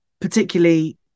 particularly